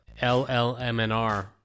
llmnr